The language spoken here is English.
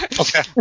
Okay